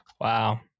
Wow